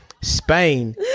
Spain